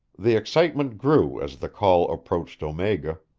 the excitement grew as the call approached omega.